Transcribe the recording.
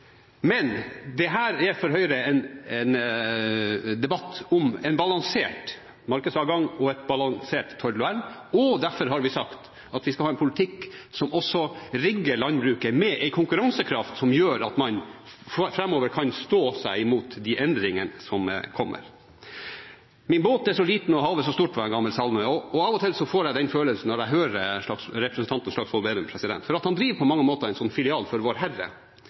Men dette er for Høyre en debatt om en balansert markedsadgang og et balansert tollvern. Derfor har vi sagt at vi skal ha en politikk som også rigger landbruket med en konkurransekraft som gjør at man framover kan stå seg imot de endringene som kommer. «Min båt er så liten og havet så stort» var en gammel salme. Av og til får jeg den følelsen når jeg hører representanten Slagsvold Vedum, for han driver på mange måter en filial for